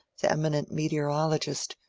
the eminent meteorologist,